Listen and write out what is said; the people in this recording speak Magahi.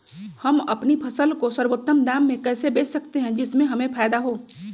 हम अपनी फसल को सर्वोत्तम दाम में कैसे बेच सकते हैं जिससे हमें फायदा हो?